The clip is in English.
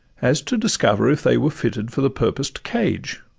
as to discover if they were fitted for the purposed cage